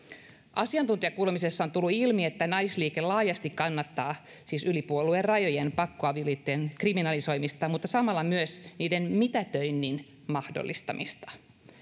asiantuntijakuulemisessa on tullut ilmi että naisliike kannattaa laajasti siis yli puoluerajojen pakkoavioliittojen kriminalisoimista mutta samalla myös niiden mitätöinnin mahdollistamista